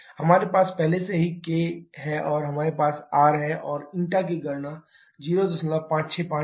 हमारे पास पहले से ही k है हमारे पास r है और η की गणना 0565 है